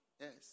Yes